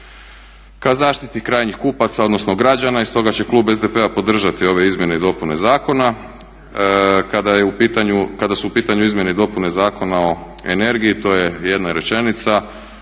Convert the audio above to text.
ka zaštiti krajnjih kupaca odnosno građana i stoga će klub SDP-a podržati ove izmjene i dopune zakona. Kada je u pitanju, kada su u pitanju izmjene i dopune Zakona o energiji to je jedna rečenica.